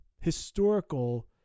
historical